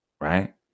right